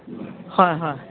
হয় হয়